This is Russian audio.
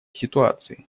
ситуации